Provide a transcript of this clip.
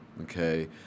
Okay